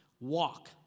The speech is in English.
walk